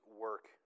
work